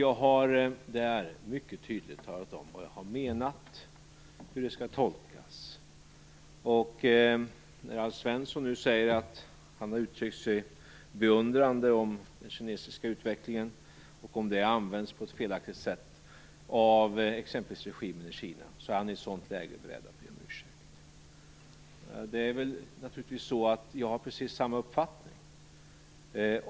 Jag har mycket tydligt talat om vad jag har menat och hur det skall tolkas. Alf Svensson säger att han har uttryckt sig beundrande om den kinesiska utvecklingen och om detta används på ett felaktigt av t.ex. regimen i Kina, är han i ett sådant läge beredd att be om ursäkt. Jag har precis samma uppfattning.